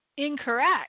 incorrect